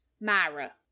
myra